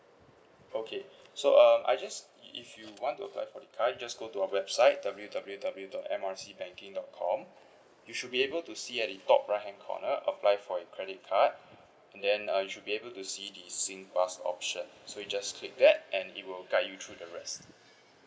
okay so uh I just if you want to apply for the card you just go to our website W W W dot M R C banking dot com you should be able to see at the top righthand corner apply for your credit card then uh you should be able to see the singpass option so you just click that and it will guide you through the rest